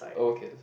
okay